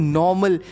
normal